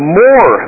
more